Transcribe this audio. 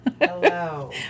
Hello